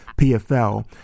PFL